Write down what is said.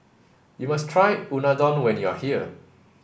you must try Unadon when you are here